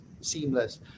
seamless